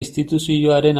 instituzioaren